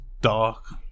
dark